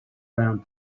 round